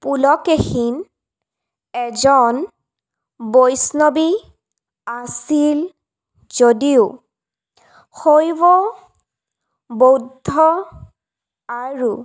পুলকেশিন এজন বৈষ্ণৱী আছিল যদিও শৈৱ বৌদ্ধ আৰু